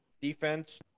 Defense